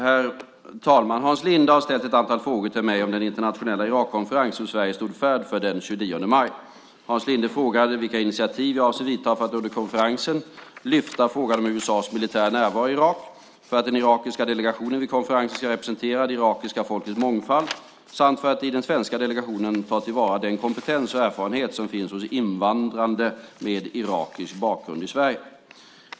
Herr talman! Hans Linde har ställt ett antal frågor till mig om den internationella Irakkonferens som Sverige stod värd för den 29 maj. Hans Linde frågade vilka initiativ jag avser att vidta för att under konferensen lyfta fram frågan om USA:s militära närvaro i Irak, för att den irakiska delegationen vid konferensen ska representera det irakiska folkets mångfald, samt för att i den svenska delegationen ta till vara den kompetens och erfarenhet som finns hos invandrade med irakisk bakgrund i Sverige.